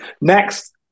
Next